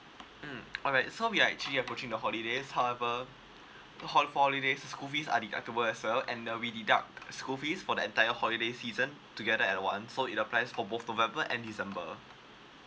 mm alright so we are actually approaching the holidays however the whole for holidays the school fees are deductible as well and then we deduct school fees for the entire holiday season together at once so it applies for both november and december